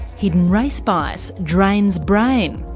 hidden race bias drains brain,